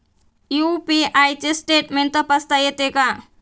UPI चे statement तपासता येते का?